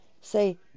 Say